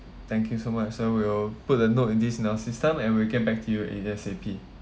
thank you so much so we'll put a note in this in our system and we'll get back to you A_S_A_P